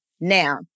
Now